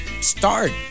start